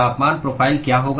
तापमान प्रोफाइल क्या होगा